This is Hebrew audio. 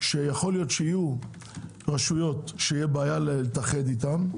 שיכול להיות שתהיינה רשויות שתהיה בעיה להתאחד איתן,